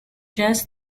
jazz